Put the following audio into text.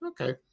Okay